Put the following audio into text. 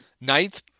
ninth